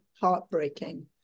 heartbreaking